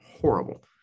horrible